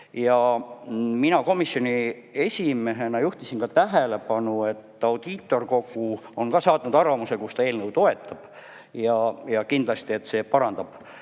Mina komisjoni esimehena juhtisin tähelepanu, et Audiitorkogu on saatnud arvamuse, kus ta eelnõu toetab ja kindlasti see parandab